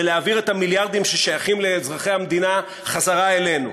ולהעביר את המיליארדים ששייכים לאזרחי המדינה חזרה אלינו.